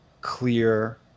clear